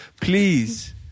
please